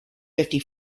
fifty